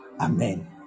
Amen